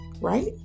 right